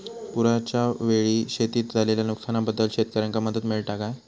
पुराच्यायेळी शेतीत झालेल्या नुकसनाबद्दल शेतकऱ्यांका मदत मिळता काय?